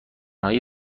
های